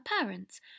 parents